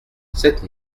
cette